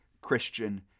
Christian